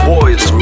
Boys